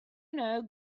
know